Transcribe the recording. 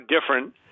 different